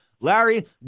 Larry